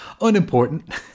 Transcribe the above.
unimportant